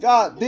God